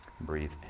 Breathe